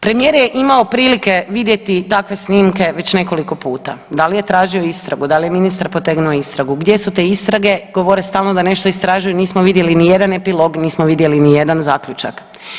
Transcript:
Premijer je imao prilike vidjeti takve snimke već nekoliko puta, dal je tražio istragu, dal je ministar potegnuo istragu, gdje su te istrage, govore stalno da nešto istražuju, nismo vidjeli nijedan epilog, nismo vidjeli nijedan zaključak.